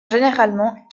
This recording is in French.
généralement